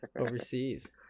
overseas